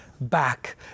back